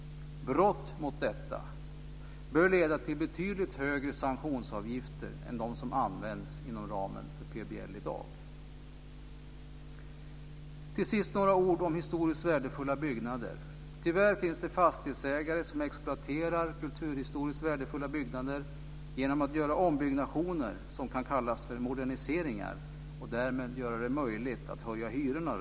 Brott mot detta bör leda till betydligt högre sanktionsavgifter än de som används inom ramen för PBL Till sist några ord om historiskt värdefulla byggnader. Tyvärr finns det fastighetsägare som exploaterar kulturhistoriskt värdefulla byggnader genom att göra ombyggnationer som kan kallas för moderniseringar och som därmed gör det möjligt att rejält höja hyrorna.